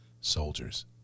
soldiers